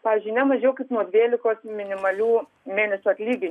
pavyzdžiui ne mažiau kaip nuo dvylikos minimalių mėnesio atlyginimų